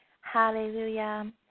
Hallelujah